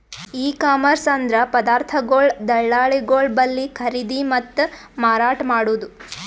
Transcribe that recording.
E commerce ಅಂದ್ರ ಪದಾರ್ಥಗೊಳ್ ದಳ್ಳಾಳಿಗೊಳ್ ಬಲ್ಲಿ ಖರೀದಿ ಮತ್ತ್ ಮಾರಾಟ್ ಮಾಡದು